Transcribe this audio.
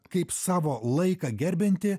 kaip savo laiką gerbianti